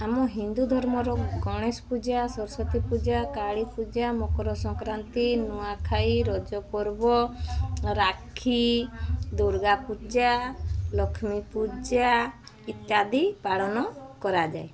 ଆମ ହିନ୍ଦୁ ଧର୍ମର ଗଣେଶ ପୂଜା ସରସ୍ବତୀ ପୂଜା କାଳୀ ପୂଜା ମକର ସଂକ୍ରାନ୍ତି ନୂଆଖାଇ ରଜପର୍ବ ରାକ୍ଷୀ ଦୁର୍ଗାପୂଜା ଲକ୍ଷ୍ମୀ ପୂଜା ଇତ୍ୟାଦି ପାଳନ କରାଯାଏ